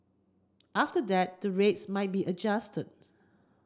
after that the rates might be adjusted